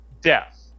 death